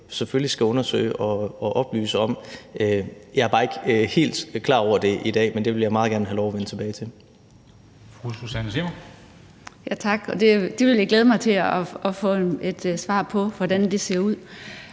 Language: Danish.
selvfølgelig skal undersøge og oplyse om. Jeg er bare ikke helt klar over det i dag, men jeg vil meget gerne have lov til at vende tilbage til